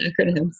acronyms